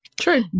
True